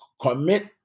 Commit